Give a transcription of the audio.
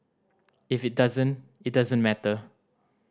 if it doesn't it doesn't matter